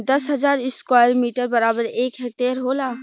दस हजार square metre बराबर एक हेक्टेयर होला